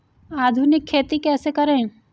आधुनिक खेती कैसे करें?